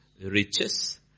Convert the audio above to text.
riches